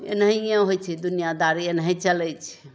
एनाहियै होइ छै दुनियाँ दारी एनाहि चलै छै